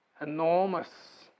enormous